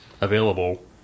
Available